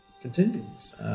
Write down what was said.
continues